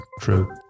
true